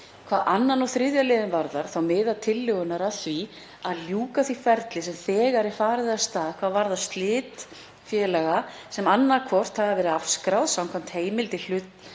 Hvað 2. og 3. liðinn varðar miða tillögurnar að því að ljúka því ferli sem þegar er farið af stað hvað varðar slit félaga sem annaðhvort hafa verið afskráð samkvæmt heimild í